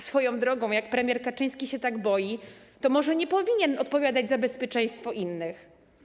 Swoją drogą, jak premier Kaczyński się tak boi, to może nie powinien odpowiadać za bezpieczeństwo innych.